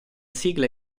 sigla